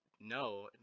no